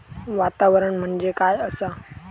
वातावरण म्हणजे काय असा?